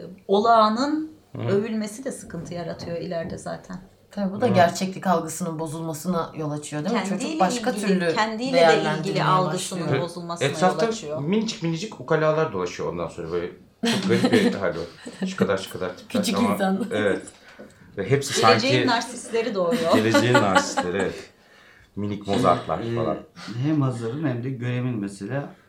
Olağanın Hı hı. övülmesi de sıkıntı yaratıyor ileride zaten. Tabii bu da Hı. gerçeklik algısının bozulmasına yol açıyor, değil mi? Çocuk Kendiyle başka ilgili- türlü kendiyle de ilgili değerlendirmeye algısının başlıyor. E- bozulmasına yol etrafta açıyor. minicik minicik ukalalar dolaşıyor ondan sonra. Böyle çok garip bir- bir hali var. Şu kadar, şu kadar tip- Küçük Ama- insan. Evet. Ve hepsi Geleceğin sanki- narsistleri doğuyor. Geleceğin narsistleri, evet. Minik Mozartlar Eh, falan. eh, hem hazırın hem de göremin mesela.